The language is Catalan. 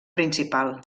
principal